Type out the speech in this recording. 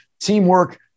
teamwork